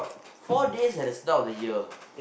four days at the start of the year